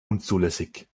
unzulässig